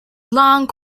long